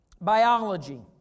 biology